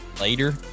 later